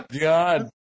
god